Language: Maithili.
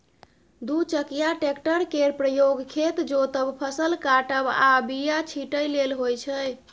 दु चकिया टेक्टर केर प्रयोग खेत जोतब, फसल काटब आ बीया छिटय लेल होइ छै